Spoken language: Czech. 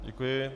Děkuji.